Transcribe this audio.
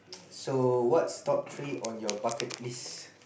so what's top three on your bucket list